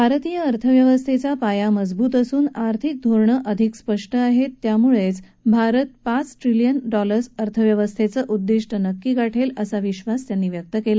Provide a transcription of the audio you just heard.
भारतीय अर्थव्यवस्थेचा पाया मजवूत असून आर्थिक धोरणंही अधिक स्पष्ट आहेत त्यामुळेच भारत पाच ट्रिलिअन डॉलर्स अर्थव्यवस्थेचं उद्दिष्टही गाठेल असा विश्वास त्यांनी व्यक्त केला